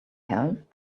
held